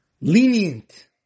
lenient